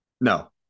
No